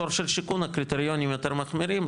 תור של שיכון הקריטריונים יותר מחמירים,